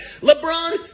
LeBron